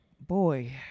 boy